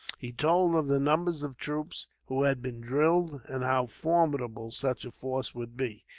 he told of the numbers of troops who had been drilled, and how formidable such a force would be,